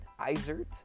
eisert